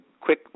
quick